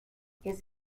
his